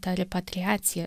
ta repatriacija